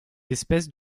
espèces